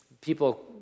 People